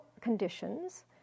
conditions